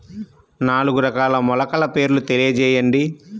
నాలుగు రకాల మొలకల పేర్లు తెలియజేయండి?